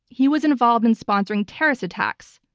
he was involved in sponsoring terrorist attacks,